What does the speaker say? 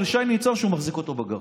על שי ניצן שהוא מחזיק אותו בגרון.